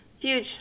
huge